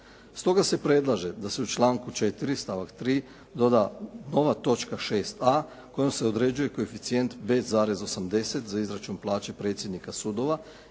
Stoga se predlaže da se u članku 4. stavak 3. doda nova točka 6a kojom se određuje koeficijent 5,80 za izračun plaće predsjednika sudova